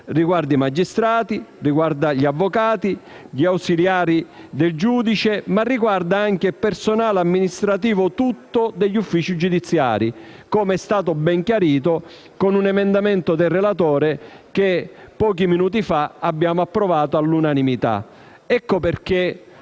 attività: i magistrati, gli avvocati, gli ausiliari del giudice, ma anche tutto il personale amministrativo degli uffici giudiziari, com'è stato ben chiarito con un emendamento del relatore che pochi minuti fa abbiamo approvato all'unanimità. Ecco perché